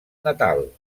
natal